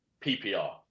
PPR